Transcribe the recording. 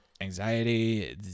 anxiety